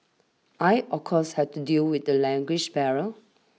I of course had to deal with the language barrier